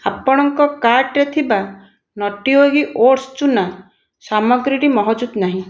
ଆପଣଙ୍କ କାର୍ଟ୍ରେ ଥିବା ନଟି ୟୋଗୀ ଓଟ୍ସ୍ ଚୁନା ସାମଗ୍ରୀଟି ମହଜୁଦ ନାହିଁ